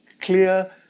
clear